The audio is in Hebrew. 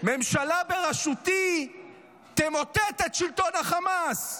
ממשלה בראשותי תמוטט את שלטון החמאס,